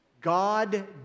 God